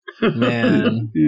Man